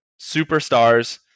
superstars